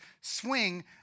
swing